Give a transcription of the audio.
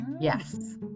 Yes